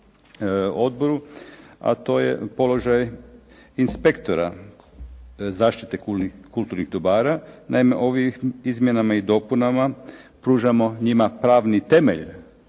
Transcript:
odboru, a to je položaj inspektora zaštite kulturnih dobara. Naime, ovim izmjenama i dopunama pružamo njima pravni temelj